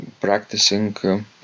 practicing